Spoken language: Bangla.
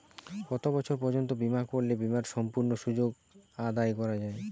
কত বছর পর্যন্ত বিমা করলে বিমার সম্পূর্ণ সুযোগ আদায় করা য়ায়?